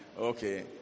Okay